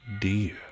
dear